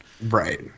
Right